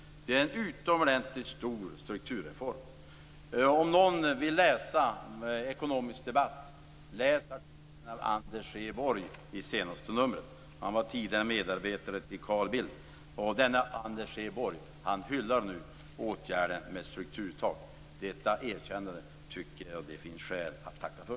Det är en utomordentligt stor strukturreform. Om någon vill läsa Ekonomisk Debatt, läs då artikeln av Anders E Borg i det senaste numret! Han var tidigare medarbetare till Carl Bildt. Denne Anders E Borg hyllar nu åtgärden när det gäller strukturtak. Detta erkännande tycker jag att det finns skäl att tacka för.